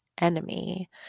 enemy